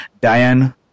diane